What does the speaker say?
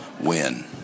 win